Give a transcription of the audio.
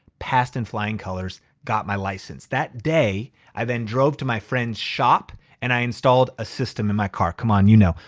passed in flying colors, got my license. that day i then drove to my friend's shop and i installed a system in my car. come on, you know,